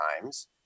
times